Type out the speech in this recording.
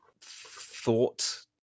thought